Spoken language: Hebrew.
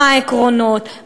מה העקרונות,